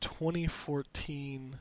2014